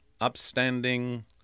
upstanding